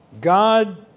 God